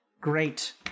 Great